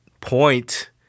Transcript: point